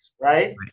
right